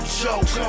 joke